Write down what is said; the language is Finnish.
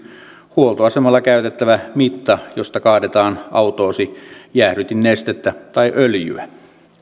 huoltoasemalla käytettävä mitta josta kaadetaan autoosi jäähdytinnestettä tai öljyä